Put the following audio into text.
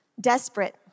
desperate